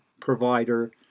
provider